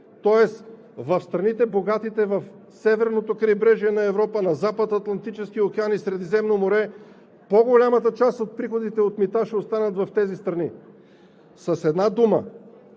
тоест в богатите страни в северното крайбрежие на Европа, на запад – Атлантическия океан, и Средиземно море, по-голямата част от приходите от мита ще останат в тези страни. С една дума,